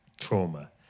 trauma